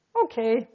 Okay